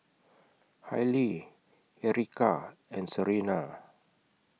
Hailie Erykah and Serena